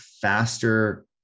faster